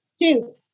two